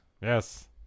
Yes